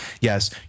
yes